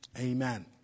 Amen